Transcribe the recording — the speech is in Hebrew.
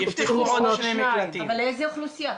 אנחנו צריכים לפנות --- אבל לאיזה אוכלוסייה?